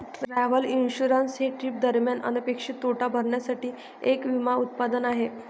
travel insurance हे trip दरम्यान अनपेक्षित तोटा भरण्यासाठी एक विमा उत्पादन आहे